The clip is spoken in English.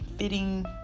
Fitting